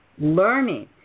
learning